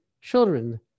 children